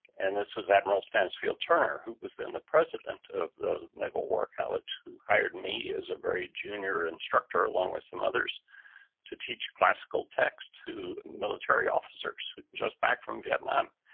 and this was admiral stansfield turner who was then the president of the naval war college who hired me as a very junior instructor along with some others to teach classical text to military officers just back from vietnam.